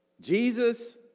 Jesus